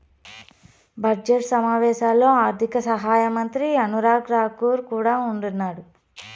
budget సమావేశాల్లో ఆర్థిక శాఖ సహాయమంత్రి అనురాగ్ రాకూర్ కూడా ఉండిన్నాడు